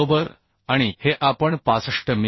बरोबर आणि हे आपण 65 मि